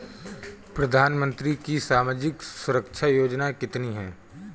प्रधानमंत्री की सामाजिक सुरक्षा योजनाएँ कितनी हैं?